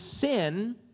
sin